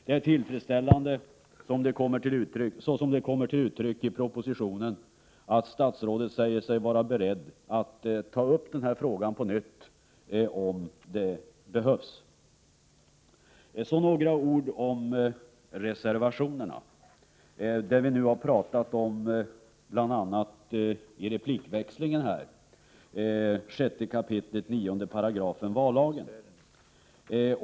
Det är tillfredsställande, så som det kommer till uttryck i propositionen, att 129 statsrådet säger sig vara beredd att ta upp denna fråga på nytt om det skulle behövas. Så några ord om reservationerna. Det talades i replikväxlingen bl.a. om 6 kap. 9 § vallagen.